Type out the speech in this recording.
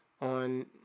on